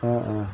অঁ অঁ